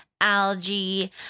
Algae